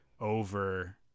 over